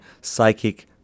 psychic